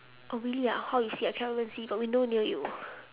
oh really ah how you see I cannot even see got window near you